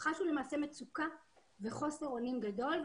למעשה הם חשו מצוקה וחוסר אונים גדול.